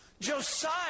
Josiah